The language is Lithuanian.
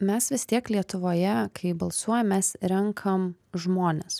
mes vis tiek lietuvoje kai balsuojam mes renkam žmones